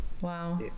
Wow